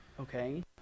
Okay